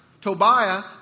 Tobiah